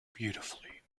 beautifully